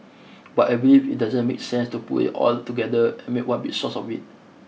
but I believe it doesn't make sense to put it all together and make one big sauce of it